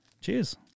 Cheers